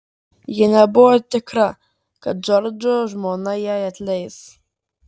ji nebuvo tikra kad džordžo žmona jai atleis